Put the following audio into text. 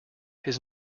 his